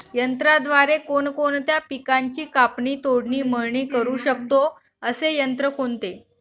यंत्राद्वारे कोणकोणत्या पिकांची कापणी, तोडणी, मळणी करु शकतो, असे यंत्र कोणते?